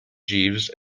jeeves